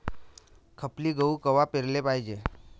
खपली गहू कवा पेराले पायजे?